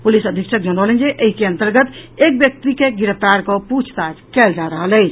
police अधीक्षक जनौलनि जे एहि के अंतर्गत एक व्यक्ति के गिरफ्तार कऽ पूछताछ कयल जा रहल अछि